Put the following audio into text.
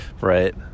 Right